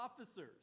officers